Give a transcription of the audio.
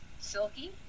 silky